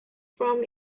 from